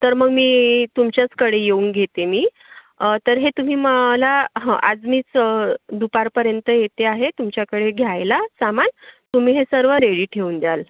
तर मग मी तुमच्याचकडे येऊन घेते मी तर हे तुम्ही मला हां आज मी चं दुपारपर्यंत येते आहे तुमच्याकडे घ्यायला सामान तुम्ही हे सर्व रेडी ठेवून द्याल